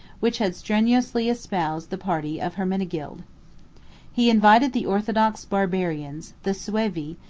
which had strenuously espoused the party of hermenegild he invited the orthodox barbarians, the seuvi,